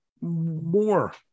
more